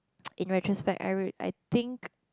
in retrospect I would I think